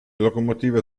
locomotive